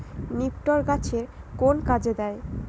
নিপটর গাছের কোন কাজে দেয়?